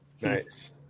Nice